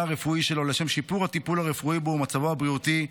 הרפואי שלו לשם שיפור הטיפול הרפואי בו ומצבו הבריאותי,